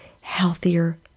healthier